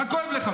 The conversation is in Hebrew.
מה כואב לך?